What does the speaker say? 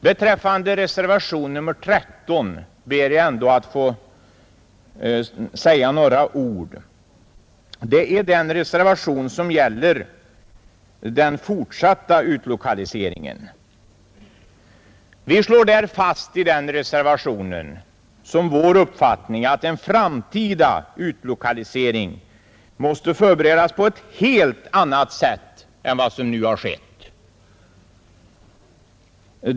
Beträffande reservationen 13 ber jag ändå att få säga några ord. Det är den reservation som gäller den fortsatta utlokaliseringen. Vi slår i denna reservation fast som vår uppfattning att en framtida utlokalisering måste förberedas på ett helt annat sätt än vad som nu skett.